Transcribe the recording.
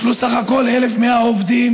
יש בו סך הכול 1,100 עובדים